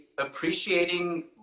appreciating